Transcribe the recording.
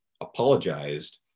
apologized